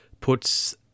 puts